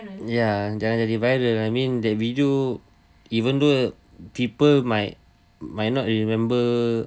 ya jangan jadi viral I mean that we do even though people might might not remember